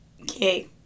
Okay